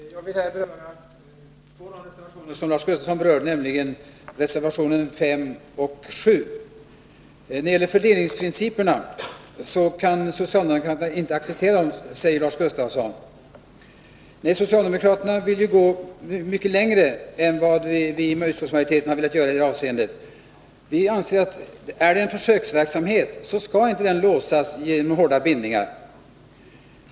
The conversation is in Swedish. Herr talman! Jag vill här ta upp två av de reservationer som Lars Gustafsson berörde, nämligen reservationerna 5 och 7. Fördelningsprinciperna kan socialdemokraterna inte acceptera, säger Lars Gustafsson. Nej, socialdemokraterna vill ju gå mycket längre än vad vi inom utskottsmajoriteten har velat göra i det avseendet. Vi anser att om det är en försöksverksamhet, skall den inte låsas genom hårda bindningar.